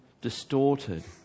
distorted